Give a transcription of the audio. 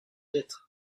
être